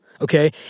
okay